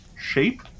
shape